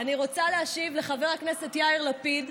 אני רוצה להשיב לחבר הכנסת יאיר לפיד,